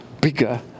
bigger